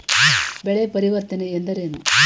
ಬೆಳೆ ಪರಿವರ್ತನೆ ಎಂದರೇನು?